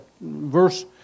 verse